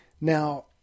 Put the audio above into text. Now